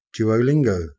Duolingo